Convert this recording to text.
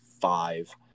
five